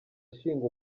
ashinga